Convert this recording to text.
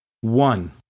One